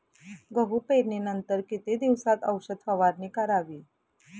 गहू पेरणीनंतर किती दिवसात औषध फवारणी करावी?